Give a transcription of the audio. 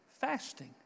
fasting